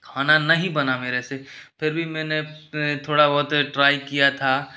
खाना नहीं बना मेरे से फिर भी मैंने थोड़ा बहुत ट्राई किया था